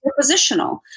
positional